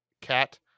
cat